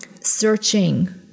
searching